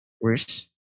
worse